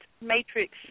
Matrix